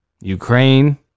Ukraine